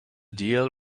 deal